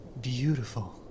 Beautiful